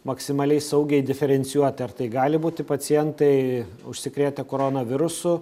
maksimaliai saugiai diferencijuoti ar tai gali būti pacientai užsikrėtę koronavirusu